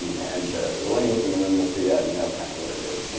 and the linguists in the room will see that and know kind of what it is. yeah